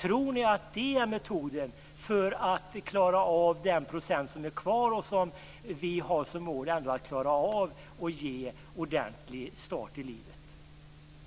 Tror ni att det är en metod för att klara den procent som är kvar och som vi har som mål att ge en ordentlig start i livet?